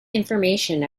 information